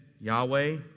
Yahweh